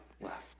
left